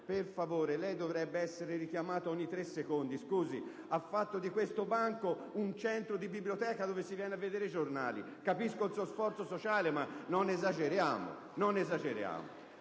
Per favore, lei dovrebbe essere richiamato ogni tre secondi: ha fatto di quel banco un centro di biblioteca dove si viene a leggere i giornali! Capisco il suo sforzo sociale, ma non esageriamo!